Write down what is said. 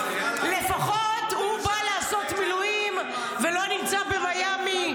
לפחות הוא בא לעשות מילואים ולא נמצא במיאמי,